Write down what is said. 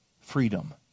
freedom